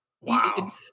Wow